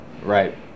Right